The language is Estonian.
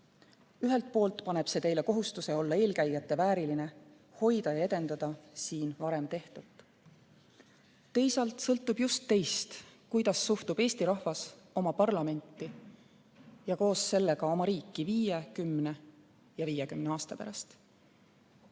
Ühelt poolt paneb see teile kohustuse olla oma eelkäijate vääriline, hoida ja edendada siin varem tehtut. Teisalt sõltub just teist, kuidas suhtub Eesti rahvas oma parlamenti ja koos sellega oma riiki viie, kümne ja viiekümne aasta pärast."